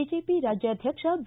BJP ರಾಜ್ಯಾಧ್ಯಕ್ಷ B